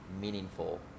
meaningful